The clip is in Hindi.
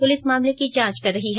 पुलिस मामले की जांच कर रही है